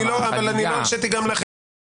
אני לא הרשיתי גם להם להתפרץ.